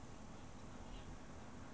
!huh!